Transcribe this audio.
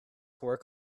work